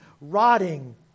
rotting